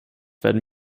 werden